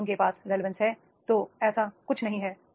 अगर उनके पास रेलीवेंस है तो ऐसा कुछ नहीं है